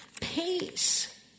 peace